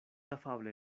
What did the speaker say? afable